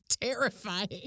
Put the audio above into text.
terrifying